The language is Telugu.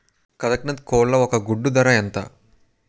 కదక్నత్ కోళ్ల ఒక గుడ్డు ధర ఎంత?